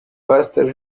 pastor